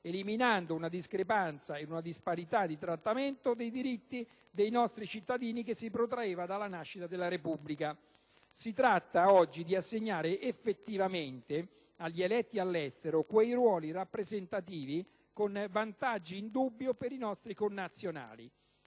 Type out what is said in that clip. eliminando una discrepanza ed una disparità di trattamento dei diritti dei nostri cittadini che si protraeva dalla nascita della Repubblica. Si tratta, oggi, di assegnare effettivamente agli eletti all'estero quei ruoli rappresentativi, con vantaggi indubbi per i nostri connazionali.